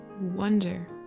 wonder